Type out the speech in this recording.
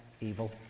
evil